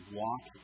walk